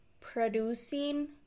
producing